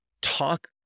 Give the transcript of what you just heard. talk